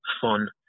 fun